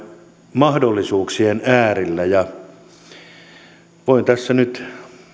mahdollisuuksien äärellä voin tässä nyt